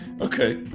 Okay